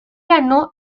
ganó